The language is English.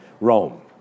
Rome